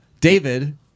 David